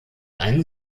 einen